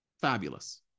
Fabulous